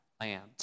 land